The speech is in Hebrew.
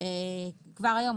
כבר היום,